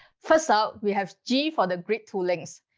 first off, we have g for the great toolings.